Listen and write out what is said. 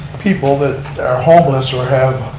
people that are homeless or have